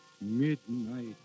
Midnight